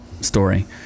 story